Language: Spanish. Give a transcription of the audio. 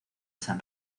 san